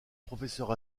professeur